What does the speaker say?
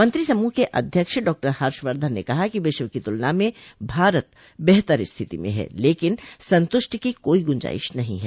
मंत्री समूह के अध्यक्ष डॉक्टर हर्षवर्धन ने कहा कि विश्व की तुलना में भारत बेहतर स्थिति में हैं लेकिन संतुष्टि की कोई गुंजाइश नहीं हैं